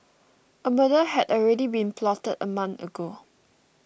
a murder had already been plotted a month ago